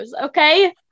Okay